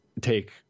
take